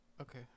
Okay